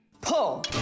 Pull